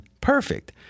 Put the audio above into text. perfect